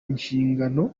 inshingano